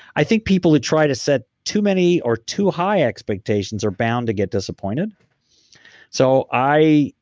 i think people who try to set too many or too high expectations are bound to get disappointed so i,